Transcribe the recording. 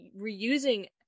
reusing